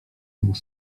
dwóch